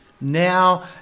now